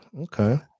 okay